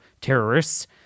terrorists